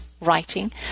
writing